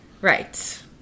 Right